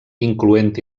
incloent